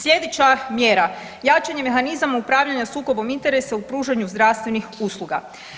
Slijedeća mjera jačanje mehanizama upravljanja sukobom interesa u pružanju zdravstvenih usluga.